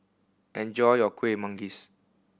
enjoy your Kueh Manggis